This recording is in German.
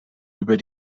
über